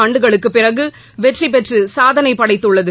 ஆண்டுகளுக்குப் பிறகு வெற்றிபெற்று சாதனை படைத்துள்ளது